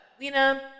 Lena